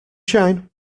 shine